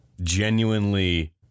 genuinely